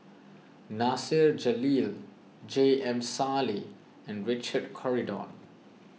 Nasir Jalil J M Sali and Richard Corridon